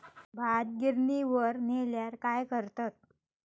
भात गिर्निवर नेल्यार काय करतत?